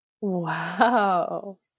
Wow